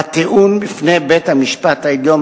הטיעון בפני בית-המשפט העליון,